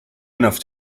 enough